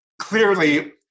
clearly